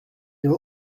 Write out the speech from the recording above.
your